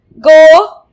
go